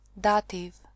dative